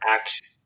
action